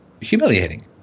humiliating